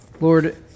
Lord